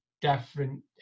different